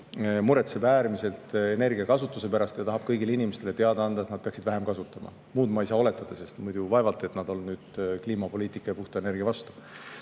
muretseb äärmiselt palju energiakasutuse pärast ja tahab kõigile inimestele teada anda, et nad peaksid vähem energiat kasutama. Muud ma ei saa oletada, sest vaevalt et keegi on kliimapoliitika ja puhta energia vastu.